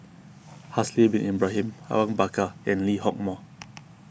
Haslir Bin Ibrahim Awang Bakar and Lee Hock Moh